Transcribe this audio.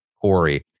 Corey